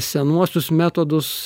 senuosius metodus